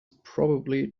probably